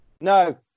No